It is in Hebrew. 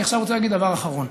אני רוצה להגיד דבר אחרון,